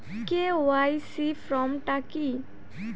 KYC form টা কি?